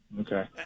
Okay